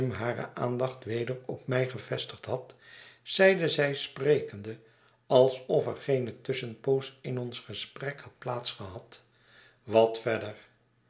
hare aandacht weder op mij gevestigd had zeide zij sprekende alsof er geene tusschenpoos in ons gesprek had plaats gehad wat verder